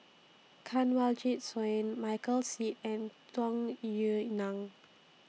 Kanwaljit Soin Michael Seet and Tung Yue Nang